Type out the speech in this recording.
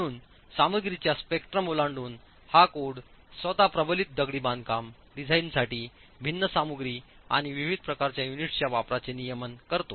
म्हणून सामग्रीच्या स्पेक्ट्रम ओलांडून हा कोड स्वत प्रबलित दगडी बांधकाम डिझाइनसाठी भिन्न सामग्री आणि विविध प्रकारच्या युनिट्सच्या वापराचे नियमन करतो